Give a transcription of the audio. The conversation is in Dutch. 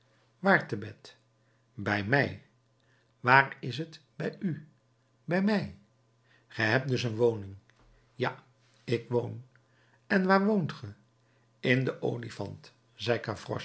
te bed bij mij waar is t bij u bij mij ge hebt dus een woning ja ik woon en waar woont ge in den olifant zei